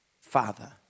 Father